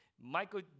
Michael